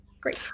Great